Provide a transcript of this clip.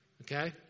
Okay